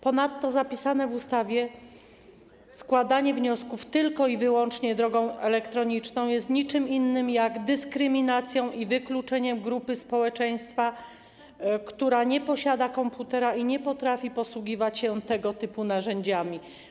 Ponadto zapisane w ustawie rozwiązanie polegające na składaniu wniosków tylko i wyłącznie drogą elektroniczną jest niczym innym jak dyskryminacją i wykluczeniem grupy społeczeństwa, która nie posiada komputera i nie potrafi posługiwać się tego typu narzędziami.